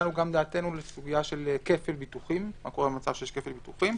נתנו גם דעתנו לסוגיה של מה קורה במצב של כפל ביטוחים.